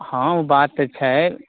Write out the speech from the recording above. हँ ओ बात तऽ छै